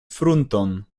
frunton